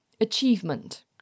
achievement